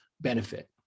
benefit